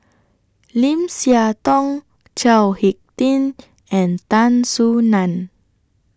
Lim Siah Tong Chao Hick Tin and Tan Soo NAN